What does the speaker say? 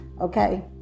Okay